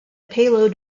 payload